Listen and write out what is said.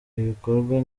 ibikorwa